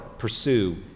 pursue